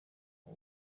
uri